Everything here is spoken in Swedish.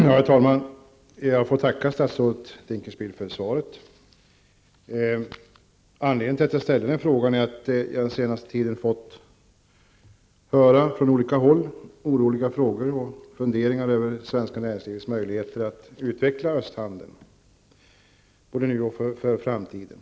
Herr talman! Jag får tacka statsrådet Dinkelspiel för svaret. Anledningen till att jag ställde den här frågan är att jag under den senaste tiden från olika håll fått oroliga frågor och fått höra funderingar om det svenska näringslivets möjligheter att utveckla östhandeln, nu och för framtiden.